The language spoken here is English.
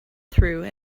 through